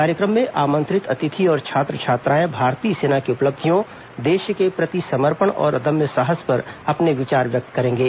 कार्यक्रम में आमंत्रित अतिथि और छात्र छात्राएं भारतीय सेना की उपलब्धियों देश के प्रति समर्पण और अदम्य साहस पर अपने विचार व्यक्त करेंगे